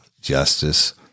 Justice